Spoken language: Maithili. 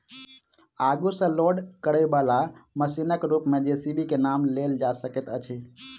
आगू सॅ लोड करयबाला मशीनक रूप मे जे.सी.बी के नाम लेल जा सकैत अछि